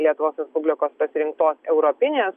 lietuvos respublikos pasirinktos europinės